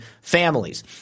families